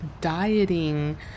dieting